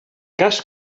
cas